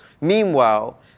Meanwhile